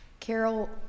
Carol